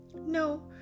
No